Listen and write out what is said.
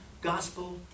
gospel